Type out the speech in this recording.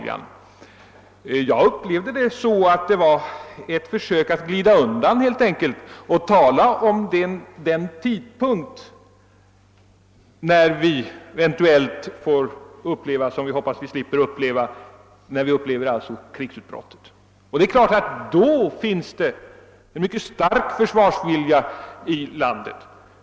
Jag uppfattade det som ett försök att glida undan, när försvarsministern talade om den tidpunkt då vi eventuellt får uppleva ett krigsutbrott, vilket vi ju hoppas att vi slipper. Det är klart att då finns det en mycket stark försvarsvilja i landet.